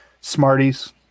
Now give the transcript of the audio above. Smarties